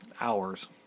hours